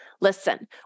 Listen